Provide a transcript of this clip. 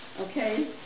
okay